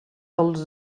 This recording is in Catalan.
els